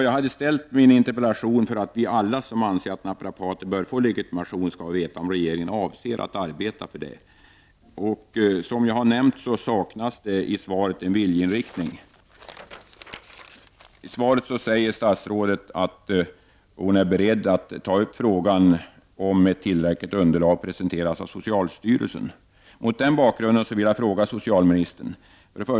Jag har ställt min interpellation för att vi alla som anser att naprapater bör få legitimation skall få veta om regeringen avser att arbeta för det. Som jag har nämnt saknas det i svaret en viljeinriktning. I svaret säger statsrådet att hon är beredd att ta upp frågan, om tillräckligt underlag presenteras av socialstyrelsen. 1.